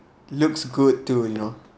looks good to you know